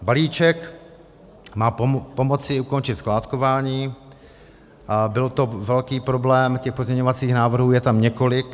Balíček má pomoci ukončit skládkování a byl to velký problém, těch pozměňovacích návrhů je tam několik.